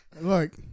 Look